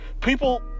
people